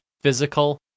physical